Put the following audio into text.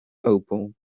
opel